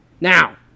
Now